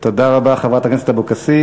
תודה רבה, חברת הכנסת אבקסיס.